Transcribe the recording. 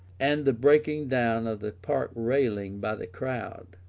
and the breaking down of the park railing by the crowd.